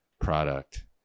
product